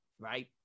right